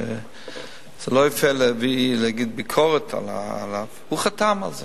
זה לא יפה להגיד ביקורת עליו, חתם על זה.